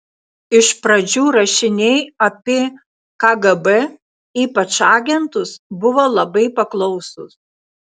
iš pradžių rašiniai apie kgb ypač apie agentus buvo labai paklausūs